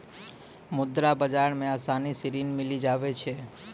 मुद्रा बाजार मे आसानी से ऋण मिली जावै छै